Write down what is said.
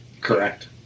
Correct